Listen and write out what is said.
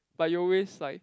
but you always like